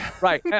Right